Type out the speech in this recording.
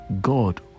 God